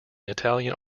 italian